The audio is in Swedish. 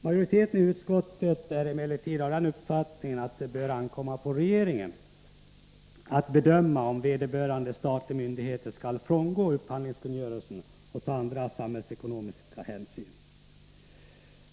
Majoriteten i utskottet är emellertid av den uppfattningen att det bör ankomma på regeringen att bedöma om vederbörande statliga myndighet skall frångå upphandlingskungörelsen och ta andra samhällsekonomiska hänsyn.